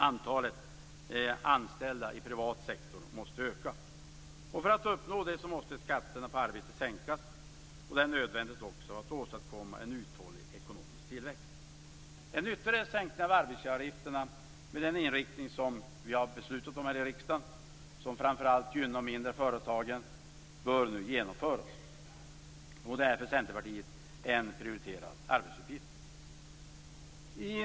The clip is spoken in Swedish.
Antalet anställda i privat sektor måste öka. För att uppnå det måste skatterna på arbete sänkas. Det är också nödvändigt att åstadkomma en uthållig ekonomisk tillväxt. En ytterligare sänkning av arbetsgivaravgifterna med den inriktning som vi har beslutat om här i riksdagen, som framför allt gynnar de mindre företagen, bör nu genomföras. Det är för Centerpartiet en prioriterad arbetsuppgift.